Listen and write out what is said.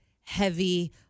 heavy